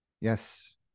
Yes